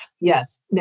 Yes